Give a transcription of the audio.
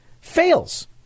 fails